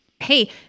Hey